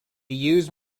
use